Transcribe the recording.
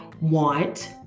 want